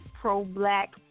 pro-black